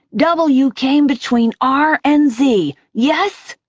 w came between r and z, yes?